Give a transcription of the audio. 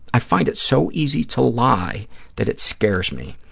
i find it so easy to lie that it scares me.